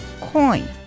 Coin